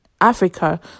africa